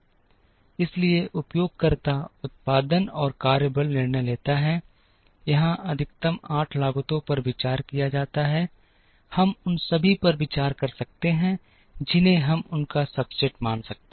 इसलिए उपयोगकर्ता उत्पादन और कार्यबल निर्णय लेता है यहां अधिकतम 8 लागतों पर विचार किया जाता है हम उन सभी पर विचार कर सकते हैं जिन्हें हम उनका सबसेट मान सकते हैं